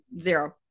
zero